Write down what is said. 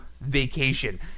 vacation